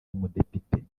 umudepite